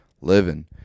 living